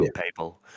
people